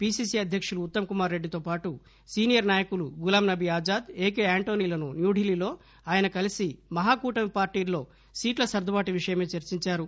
PCC అధ్యకులు ఉత్తమ్ కుమార్ రెడ్డితో పాటు సీనియర్ నాయకులు గులాంనబీ ఆజాద్ ఎకె ఆంటోనీలను న్యూఢిల్లీలో ఆయన కలిసి మహా కూటమి పార్టీల్లో సీట్ల సర్గుబాటు విషయమై చర్చించారు